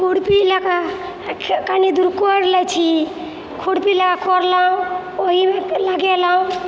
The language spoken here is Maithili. खुरपी लऽ कऽ कनीदूर कोड़ि लै छी खुरपी लऽ कऽ कोड़लहुँ ओहिमे लगेलहुँ